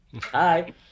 Hi